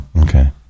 okay